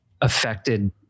affected